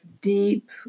deep